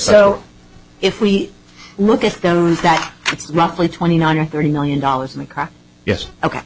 so if we look at them that it's roughly twenty nine or thirty million dollars an acre yes ok